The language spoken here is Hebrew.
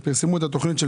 התוכנית,